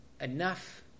enough